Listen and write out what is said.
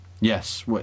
Yes